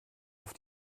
auf